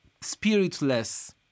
spiritless